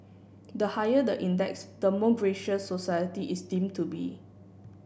the higher the index the more gracious society is deem to be